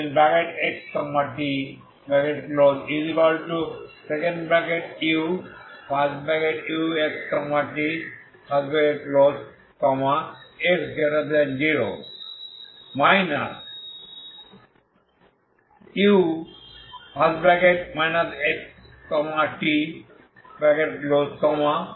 u1xtuxt x0 u xt x0